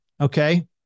Okay